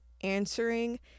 answering